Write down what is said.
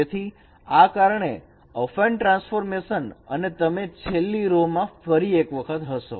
તેથી આ કારણે અફાઈન ટ્રાન્સફોર્મેશન અને તમે તેની છેલ્લી રો મા ફરી વખત હશો